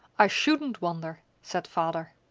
i shouldn't wonder! said father.